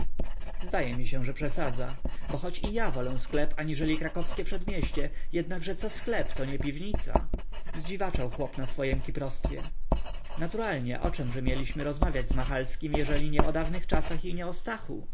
zdaje mi się że przesadza bo choć i ja wolę sklep aniżeli krakowskie przedmieście jednakże co sklep to nie piwnica zdziwaczał chłop na swojem kiprostwie naturalnie o czemże mieliśmy rozmawiać z machalskim jeżeli nie o dawnych czasach i o stachu